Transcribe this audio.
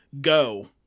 go